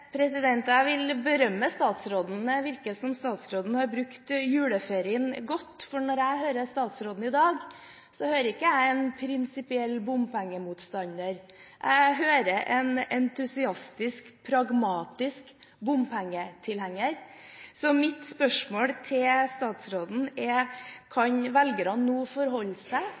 Jeg vil berømme statsråden. Det virker som statsråden har brukt juleferien godt, for når jeg hører statsråden i dag, hører jeg ikke en prinsipiell bompengemotstander, jeg hører en entusiastisk pragmatisk bompengetilhenger. Mitt spørsmål til statsråden er: Kan velgerne nå forholde seg